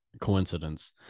coincidence